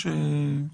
כן.